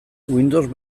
windows